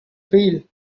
feel